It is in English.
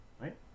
right